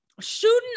shooting